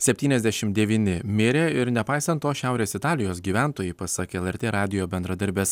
septyniasdešim devyni mirė ir nepaisant to šiaurės italijos gyventojai pasak lrt radijo bendradarbės